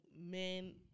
men